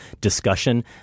discussion